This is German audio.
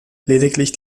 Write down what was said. lediglich